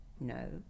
No